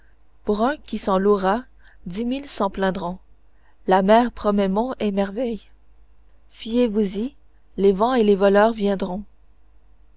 pour un qui s'en louera dix mille s'en plaindront la mer promet monts et merveilles fiez-vous-y les vents et les voleurs viendront